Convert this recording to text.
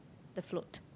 the float